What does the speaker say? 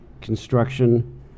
construction